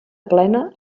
plena